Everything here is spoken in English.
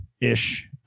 ish